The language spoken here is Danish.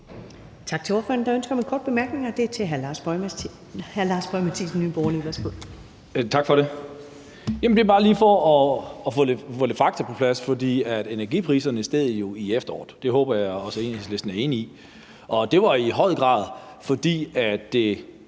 det er bare lige for at få lidt fakta på plads, for energipriserne steg jo i efteråret. Det håber jeg også at Enhedslisten er enig i. Og det var i høj grad, fordi